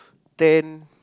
ten